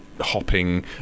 hopping